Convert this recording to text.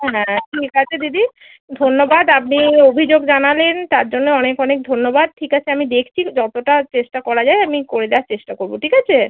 ও হ্যাঁ ঠিক আছে দিদি ধন্যবাদ আপনি অভিযোগ জানালেন তার জন্য অনেক অনেক ধন্যবাদ ঠিক আছে আমি দেখছি যতোটা চেষ্টা করা যায় আমি করে দেওয়ার চেষ্টা করবো ঠিক আছে